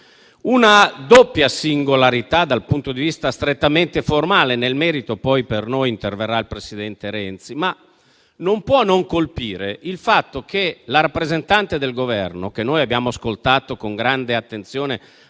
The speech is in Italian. una doppia singolarità dal punto di vista strettamente formale e nel merito, su cui poi per noi interverrà il presidente Renzi. Non può non colpire il fatto che la rappresentante del Governo (che noi abbiamo ascoltato con grande attenzione,